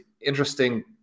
interesting